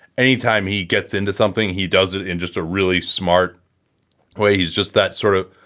anytime he gets into something, he does it in just a really smart way. he's just that sort of.